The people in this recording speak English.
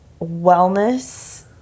wellness